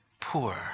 poor